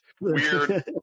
weird